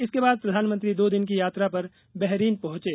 इसके बाद प्रधानमंत्री दो दिन की यात्रा पर बहरीन पहुंचें